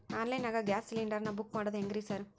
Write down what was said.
Online ನಾಗ gas cylinder ನಾ book ಮಾಡೋದ್ ಹೆಂಗ್ರಿ ಸಾರ್?